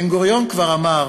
בן-גוריון כבר אמר